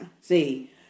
See